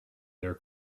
their